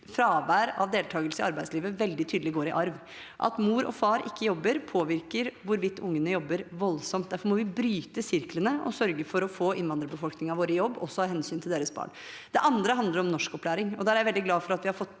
fravær av deltakelse i arbeidslivet veldig tydelig går i arv. At mor og far ikke jobber, påvirker voldsomt hvorvidt ungene jobber. Derfor må vi bryte sirklene og sørge for å få innvandrerbefolkningen vår i jobb, også av hensyn til deres barn. Det andre handler om norskopplæring. Der er jeg veldig glad for at vi har fått